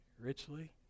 richly